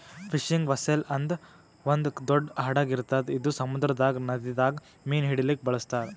fishing vessel ಅಂತ್ ಒಂದ್ ದೊಡ್ಡ್ ಹಡಗ್ ಇರ್ತದ್ ಇದು ಸಮುದ್ರದಾಗ್ ನದಿದಾಗ್ ಮೀನ್ ಹಿಡಿಲಿಕ್ಕ್ ಬಳಸ್ತಾರ್